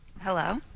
Hello